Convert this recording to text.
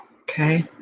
okay